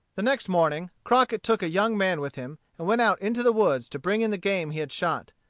the next morning, crockett took a young man with him and went out into the woods to bring in the game he had shot.